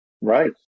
Right